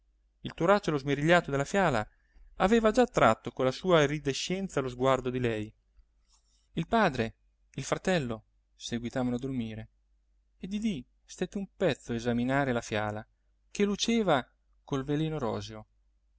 sedile il turacciolo smerigliato della fiala aveva già attratto con la sua iridescenza lo sguardo di lei il padre il fratello seguitavano a dormire e didì stette un pezzo a esaminare la fiala che luceva col veleno roseo